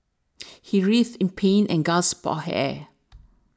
he writhed in pain and gasped for air